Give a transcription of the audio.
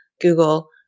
Google